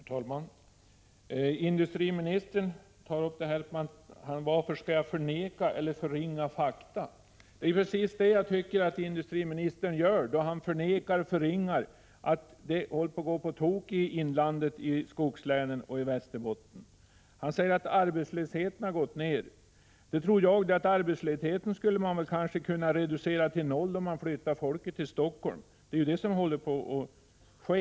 Herr talman! Industriministern frågar varför jag skall förneka eller förringa fakta. Det är precis det jag tycker att industriministern gör. Han förnekar och förringar att det håller på att gå på tok i inlandet, i skogslänen och i Västerbotten. Han säger att arbetslösheten har minskat. Det tror jag det! Man kanske skulle kunna reducera arbetslösheten till noll om man flyttade Prot. 1985/86:104 folket till Helsingfors — det är ju vad som håller på att ske.